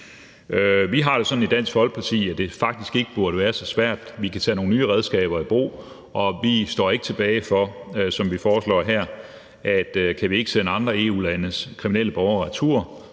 Vi har det jo sådan i Dansk Folkeparti, at det faktisk ikke burde være så svært. Vi kan tage nogle nye redskaber i brug, og vi står ikke tilbage for det, som vi foreslår her: Kan vi ikke sende andre EU-landes kriminelle borgere retur,